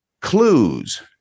Clues